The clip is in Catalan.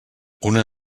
una